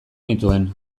nituen